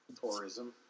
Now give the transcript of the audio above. tourism